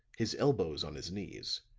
his elbows on his knees,